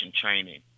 training